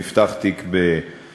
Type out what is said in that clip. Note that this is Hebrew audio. נפתח תיק במח"ש,